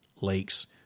lakes